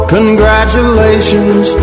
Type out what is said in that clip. Congratulations